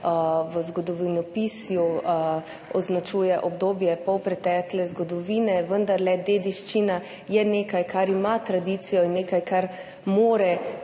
v zgodovinopisju označuje obdobje polpretekle zgodovine. Vendarle dediščina je nekaj, kar ima tradicijo in nekaj, kar mora